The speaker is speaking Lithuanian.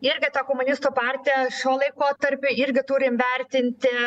irgi ta komunistų partija šiuo laikotarpiu irgi turim vertinti